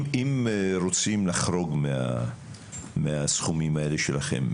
אם רוצים לחרוג מהסכומים האלה שלכם,